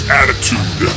attitude